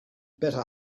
better